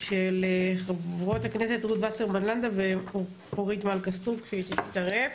של חברות הכנסת רות וסרמן לנדה ואורית מלכה סטרוק שהיא תצטרף.